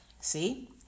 see